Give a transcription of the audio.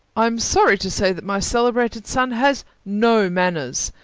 i'm sorry to say that my celebrated son has no manners.